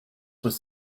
was